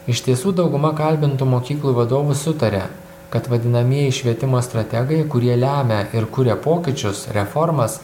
iš tiesų dauguma kalbintų mokyklų vadovų sutaria kad vadinamieji švietimo strategai kurie lemia ir kuria pokyčius reformas